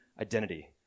identity